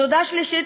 תודה שלישית,